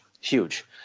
Huge